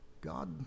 God